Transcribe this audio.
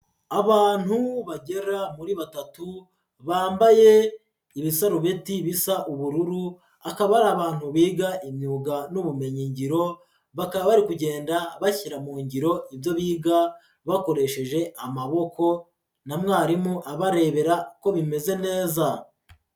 Abantu bagera muri batatu, bambaye ibisarubeti bisa ubururu, akaba ari abantu biga imyuga n'ubumenyingiro, bakaba bari kugenda bashyira mu ngiro ibyo biga, bakoresheje amaboko na mwarimu abarebera ko bimeze neza.